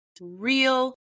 real